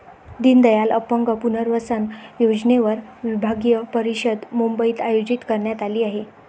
दीनदयाल अपंग पुनर्वसन योजनेवर विभागीय परिषद मुंबईत आयोजित करण्यात आली आहे